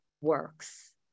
works